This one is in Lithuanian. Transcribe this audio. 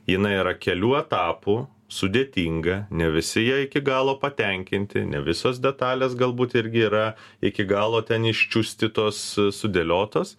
jinai yra kelių etapų sudėtinga ne visi ja iki galo patenkinti ne visos detalės galbūt irgi yra iki galo ten iščiustytos sudėliotos